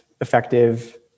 effective